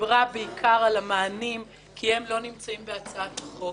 דיברה בעיקר על המענים כי הם לא נמצאים בהצעת החוק.